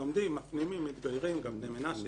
לומדים, מפנימים, מתגיירים גם בני מנשה.